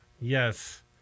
Yes